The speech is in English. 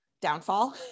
downfall